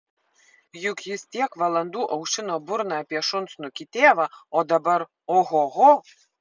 juk jis tiek valandų aušino burną apie šunsnukį tėvą o dabar ohoho